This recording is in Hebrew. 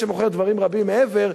שמוכר דברים רבים מעבר,